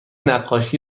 نقاشی